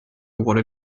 vuole